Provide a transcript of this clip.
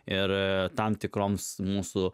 ir tam tikroms mūsų